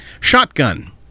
shotgun